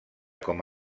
com